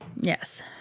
Yes